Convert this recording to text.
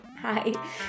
hi